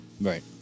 right